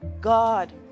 God